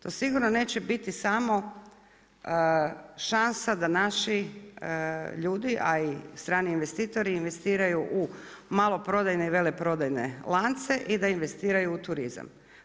To sigurno neće biti samo šansa da naši ljudi, a i strani investitori investiraju u maloprodajne i veleprodajne lance i da investiraju u turizam.